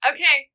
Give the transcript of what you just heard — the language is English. Okay